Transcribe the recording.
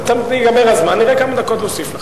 ייגמר הזמן, נראה כמה דקות נוסיף לך.